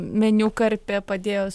meniu karpė padėjo